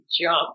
jump